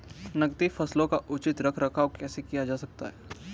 नकदी फसलों का उचित रख रखाव कैसे किया जा सकता है?